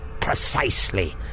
precisely